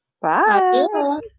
Bye